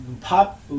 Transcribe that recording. pop